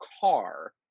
car